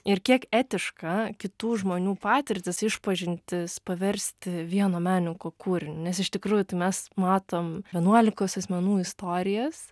ir kiek etiška kitų žmonių patirtis išpažintis paversti vieno menininko kūriniu nes iš tikrųjų tai mes matom vienuolikos asmenų istorijas